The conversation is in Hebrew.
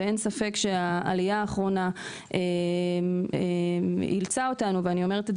ואין ספק שהעלייה האחרונה אילצה אותנו ואני אומרת את